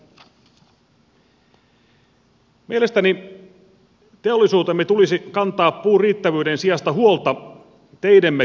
mielestäni teollisuutemme tulisi kantaa puun riittävyyden sijasta huolta teidemme kunnosta